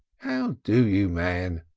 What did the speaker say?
how do you, man?